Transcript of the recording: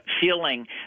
feeling